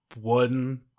one